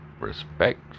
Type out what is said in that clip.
respect